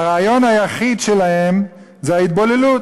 הרעיון היחיד שלהם הוא ההתבוללות.